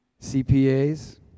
CPAs